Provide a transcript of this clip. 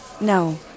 No